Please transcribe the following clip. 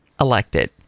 elected